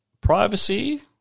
privacy